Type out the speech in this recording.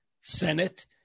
Senate